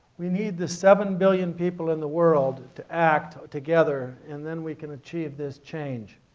we need the seven billion people in the world to act together and then we can achieve this change.